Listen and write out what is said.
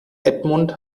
edmund